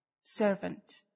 Servant